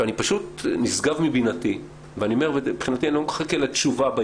נשגב מבינתי ומבחינתי אני לא מחכה לתשובה.